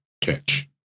catch